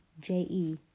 J-E